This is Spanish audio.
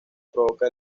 provoca